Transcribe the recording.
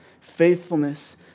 faithfulness